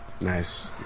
Nice